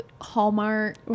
Hallmark